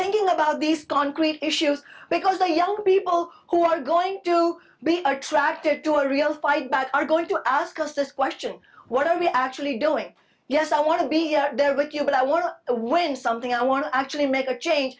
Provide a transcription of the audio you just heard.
thinking about these concrete issues because a young people who are going to be attracted to a real fight back are going to ask us this question what are we actually doing yes i want to be there with you but i want to win something i want to actually make a change